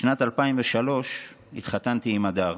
בשנת 2003 התחתנתי עם הדר,